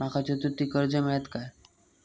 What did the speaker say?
माका चतुर्थीक कर्ज मेळात काय?